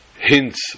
hints